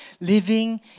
living